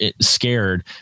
scared